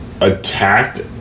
attacked